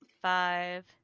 five